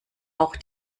auch